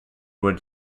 would